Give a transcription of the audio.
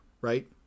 right